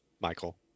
Michael